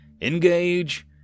Engage